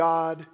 God